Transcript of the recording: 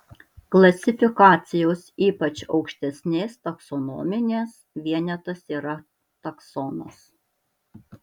klasifikacijos ypač aukštesnės taksonominės vienetas yra taksonas